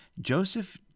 Joseph